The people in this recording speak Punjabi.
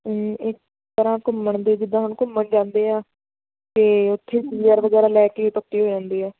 ਅਤੇ ਇੱਕ ਤਰ੍ਹਾਂ ਘੁੰਮਣ ਦੇ ਜਿੱਦਾਂ ਹੁਣ ਘੁੰਮਣ ਜਾਂਦੇ ਆ ਅਤੇ ਉੱਥੇ ਪੀ ਆਰ ਵਗੈਰਾ ਲੈ ਕੇ ਹੀ ਪੱਕੇ ਹੋ ਜਾਂਦੇ ਆ